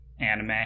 anime